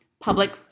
public